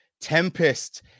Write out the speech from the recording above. Tempest